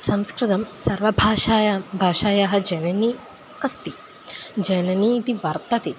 संस्कृतं सर्वभाषायां भाषायाः जननी अस्ति जननी इति वर्तते